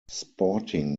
sporting